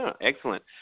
Excellent